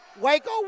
Waco